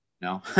no